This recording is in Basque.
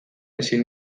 ezin